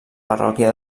parròquia